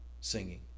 singing